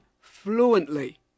fluently